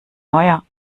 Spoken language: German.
neuer